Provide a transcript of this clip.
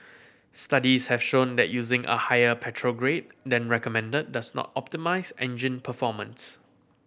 studies have shown that using a higher petrol grade than recommended does not optimise engine performance